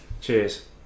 cheers